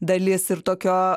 dalis ir tokio